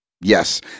Yes